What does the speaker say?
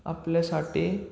आपल्यासाठी